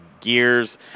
Gears